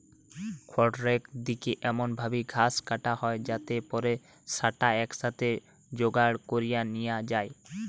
খড়রেক দিকি এমন ভাবি ঘাস কাটা হয় যাতে পরে স্যাটা একসাথে জোগাড় করি নিয়া যায়